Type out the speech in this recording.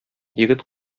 егет